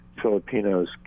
Filipinos